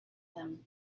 him